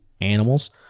animals